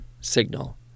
signal